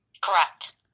Correct